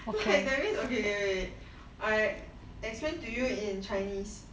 like that means okay K K wait I explain to you in chinese